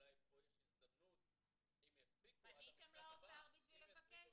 ואולי פה יש הזדמנות אם יספיק -- פניתם לאוצר בשביל לבקש?